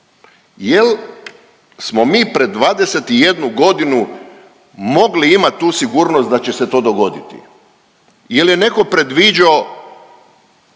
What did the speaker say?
Jel smo mi pred 21 godinu mogli imat tu sigurnost da će se to dogoditi? Jel je neko predviđao